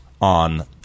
on